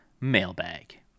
mailbag